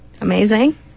amazing